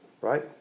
Right